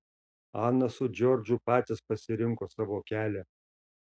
ana su džordžu patys pasirinko savo kelią